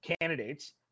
candidates